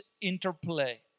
interplay